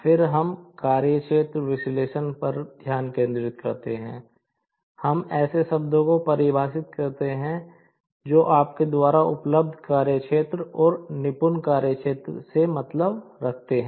फिर हम कार्यक्षेत्र विश्लेषण पर ध्यान केंद्रित करते हैं हम ऐसे शब्दों को परिभाषित करते हैं जो आपके द्वारा उपलब्ध कार्यक्षेत्र और निपुण कार्य स्थान से मतलब रखते हैं